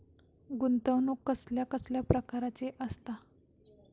गुंतवणूक कसल्या कसल्या प्रकाराची असता?